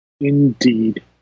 indeed